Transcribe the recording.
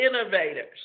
innovators